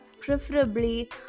preferably